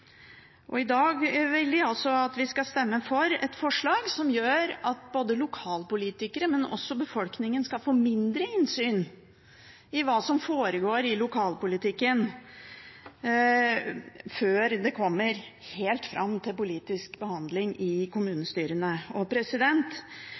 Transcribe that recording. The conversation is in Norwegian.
Og i dag vil de altså at vi skal stemme for et forslag som gjør at lokalpolitikere, men også befolkningen, skal få mindre innsyn i hva som foregår i lokalpolitikken før det kommer helt fram til politisk behandling i kommunestyrene. Det er til og